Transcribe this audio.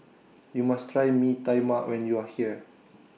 YOU must Try Mee Tai Mak when YOU Are here